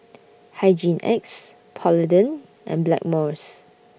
Hygin X Polident and Blackmores